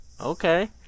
Okay